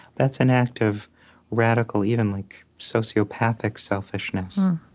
that's an act of radical, even like sociopathic selfishness.